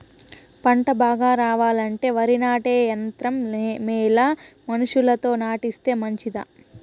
పంట బాగా రావాలంటే వరి నాటే యంత్రం మేలా మనుషులతో నాటిస్తే మంచిదా?